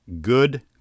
good